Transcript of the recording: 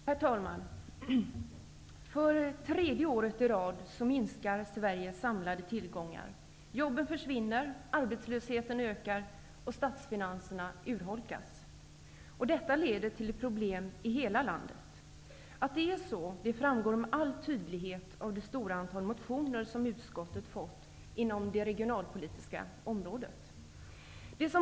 Herr talman! För tredje året i rad minskar Sveriges samlade tillgångar, jobben försvinner, arbetslösheten ökar och statsfinanserna urholkas. Detta leder till problem i hela landet. Att det är så framgår med all tydlighet av det stora antal motioner som utskottet fått inom det regionalpolitiska området.